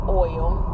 oil